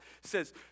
says